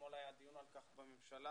אתמול היה על כך דיון בממשלה,